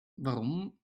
warum